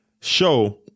show